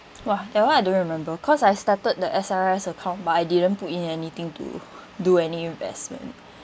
!wah! that [one] I don't remember cause I started the S_R_S account but I didn't put in anything to do any investment